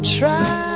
try